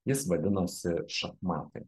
jis vadinosi šachmatai